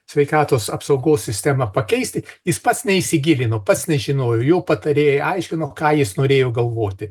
sveikatos apsaugos sistemą pakeisti jis pats neįsigilino pats nežinojo jo patarėjai aiškino ką jis norėjo galvoti